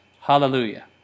hallelujah